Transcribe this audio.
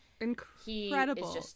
incredible